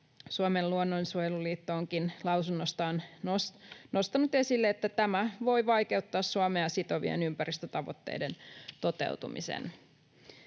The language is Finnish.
Suomen luonnonsuojeluliitto onkin lausunnossaan nostanut esille, että tämä voi vaikeuttaa Suomea sitovien ympäristötavoitteiden toteutumista.